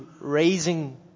raising